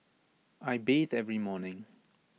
I bathe every morning